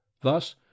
thus